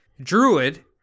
Druid